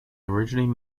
originally